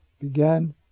began